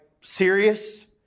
serious